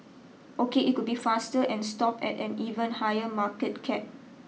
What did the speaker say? ok it could be faster and stop at an even higher market cap